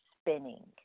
spinning